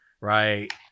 right